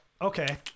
Okay